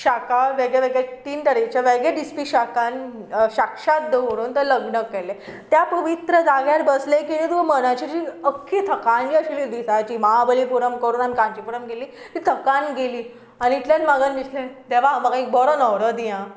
शाखा वेगळे वेगळे तीन तरांचे वेगळे दिसपी शाखान साक्षात दवळून थंय लग्न केल्लें त्या पवीत्र जाग्यार बसलें की तुका मनाची जी अख्खी थकाय आशिल्ली दिसाची महाबलीपुरम करून आमी कांचीपुरम गेली ती थकान गेली आनी इतल्यान म्हाका दिसलें देवा म्हाका एक बरो न्हवरो दी आं